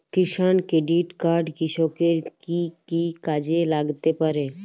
কিষান credit card কৃষকের কি কি কাজে লাগতে পারে?